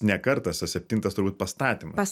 ne kartas septintas turbūt pastatymas